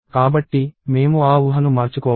కాబట్టి మేము ఆ ఊహను మార్చుకోవాలి